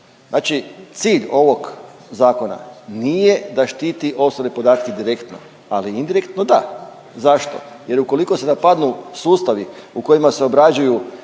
Znači cilj ovog zakona nije da štiti osobne podatke direktno, ali indirektno da. Zašto? Jer ukoliko se napadnu sustavi u kojima se obrađuju